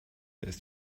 ist